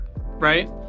right